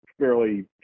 fairly